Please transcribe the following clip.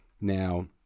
Now